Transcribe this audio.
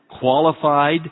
qualified